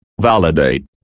validate